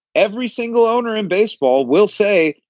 every single owner in baseball will say,